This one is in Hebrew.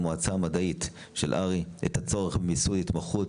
המועצה המדעית של הר"י את הצורך במיסוד התמחות